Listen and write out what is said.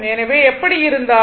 எனவே எப்படி இருந்தாலும்